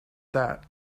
that